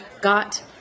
got